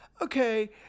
okay